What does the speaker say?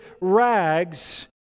rags